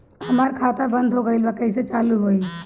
हमार खाता बंद हो गइल बा कइसे चालू होई?